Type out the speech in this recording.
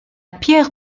pierre